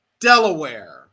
Delaware